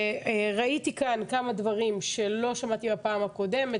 ראיתי כאן כמה דברים שלא שמעתי בפעם הקודמת,